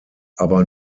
aber